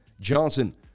Johnson